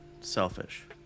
selfish